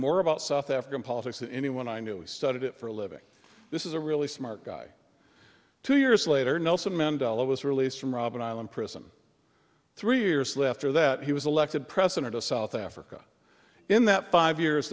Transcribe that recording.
more about south african politics than anyone i knew he studied it for a living this is a really smart guy two years later nelson mandela was released from robben island prison three years left or that he was elected president of south africa in that five years